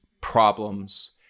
problems